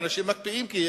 ואנשים מקפיאים מים,